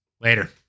Later